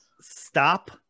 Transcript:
stop